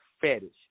fetish